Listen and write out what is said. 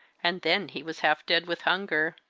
and then he was half dead with hunger.